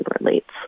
relates